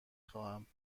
خواهم